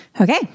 okay